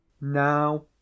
Now